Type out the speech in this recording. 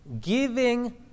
giving